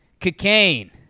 Cocaine